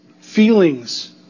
feelings